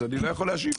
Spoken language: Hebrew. אני לא יכול להשיב.